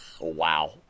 Wow